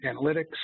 analytics